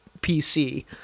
PC